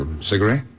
cigarette